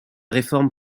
réforme